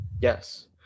Yes